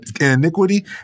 iniquity